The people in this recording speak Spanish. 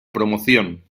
promoción